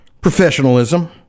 Professionalism